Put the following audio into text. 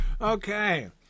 okay